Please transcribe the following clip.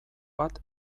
bat